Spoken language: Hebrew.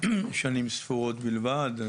שנים ספורות בלבד.